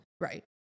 right